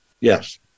Yes